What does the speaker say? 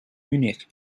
munich